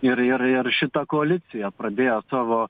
ir ir ir šita koalicija pradėjo savo